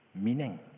meaning